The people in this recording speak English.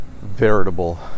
veritable